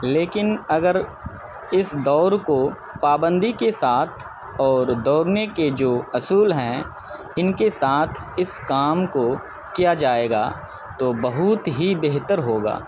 لیکن اگر اس دوڑ کو پابندی کے ساتھ اور دوڑنے کے جو اصول ہیں ان کے ساتھ اس کام کو کیا جائے گا تو بہت ہی بہتر ہوگا